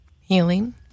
healing